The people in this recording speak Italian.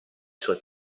suoi